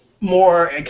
more